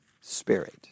spirit